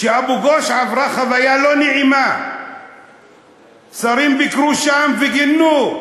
כשאבו-גוש עבר חוויה לא נעימה שרים ביקרו שם וגינו,